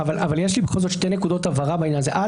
יש לי בכל זאת שלוש נקודות הבהרה בעניין הזה.